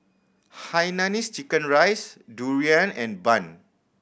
hainanese chicken rice durian and bun